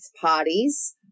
parties